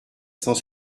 cent